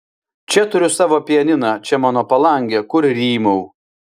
čia turiu savo pianiną čia mano palangė kur rymau